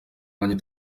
wanjye